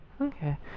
Okay